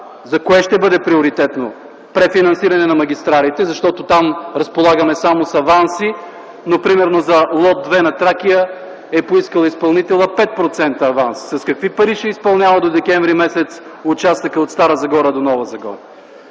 за кое ще бъде приоритетно – префинансиране на магистралите, защото там разполагаме само с аванси, но примерно за лот 2 на „Тракия” изпълнителят е поискал 5% аванс. С какви пари ще изпълнява до м. декември участъка от Стара Загора до Нова Загора?